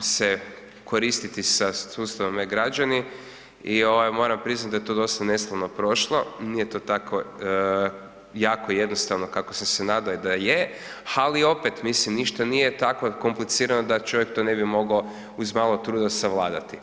se koristiti se sa sustavom E-građani i moram priznati da je to dosta neslavno prošlo, nije to tako jako jednostavno kako sam se nadao da je, ali opet, mislim, ništa nije tako komplicirano da čovjek to ne bi mogao uz malo truda savladati.